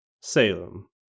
Salem